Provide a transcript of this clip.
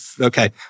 okay